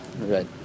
Right